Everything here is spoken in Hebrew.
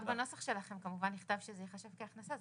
רק בנוסח שלכם כמובן נכתב שזה ייחשב כהכנסה.